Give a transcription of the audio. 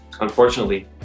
unfortunately